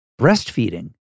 breastfeeding